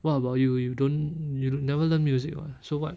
what about you you don't you never learn music ah so what